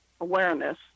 awareness